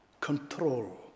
control